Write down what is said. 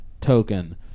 token